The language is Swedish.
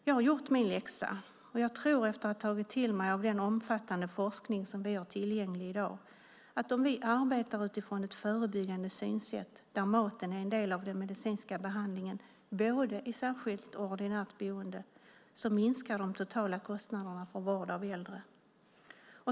Jag har gjort min läxa, och jag tror efter att ha tagit till mig av den omfattande forskning som finns tillgänglig i dag att om vi arbetar utifrån ett förebyggande synsätt där maten är en del av den medicinska behandlingen både i särskilt och i ordinärt boende minskar de totala kostnaderna för vård av äldre.